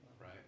right